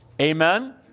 Amen